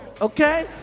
okay